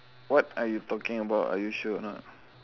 what are you talking about are you sure or not